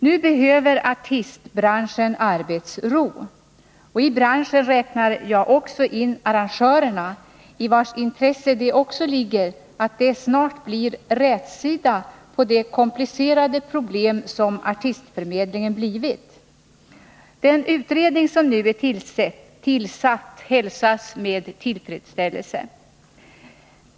Nu behöver artistbranschen arbetsro. I branschen räknar jag också in arrangörerna, i vilkas intresse det också ligger att det snart blir rätsida på det komplicerade problem som artistförmedlingen blivit. Den utredning som nu är tillsatt hälsas med tillfredsställelse.